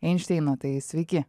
einšteiną tai sveiki